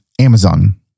Amazon